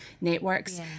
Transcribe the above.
networks